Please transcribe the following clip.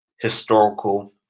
historical